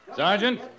Sergeant